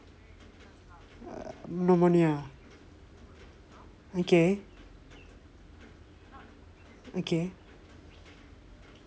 pneumonia ah okay okay